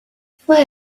fue